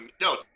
No